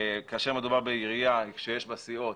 כאשר מדובר בעירייה שיש בה סיעות,